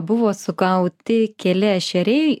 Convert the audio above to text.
buvo sugauti keli ešeriai